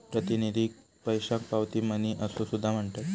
प्रातिनिधिक पैशाक पावती मनी असो सुद्धा म्हणतत